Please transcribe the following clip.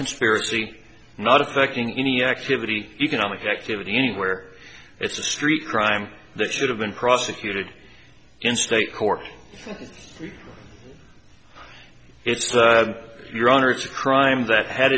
conspiracy not affecting any activity economic activity anywhere it's a street crime that should have been prosecuted in state court it's your honor it's a crime that had